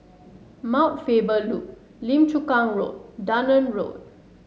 Mount Faber Loop Lim Chu Kang Road Dunman Road